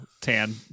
tan